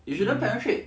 um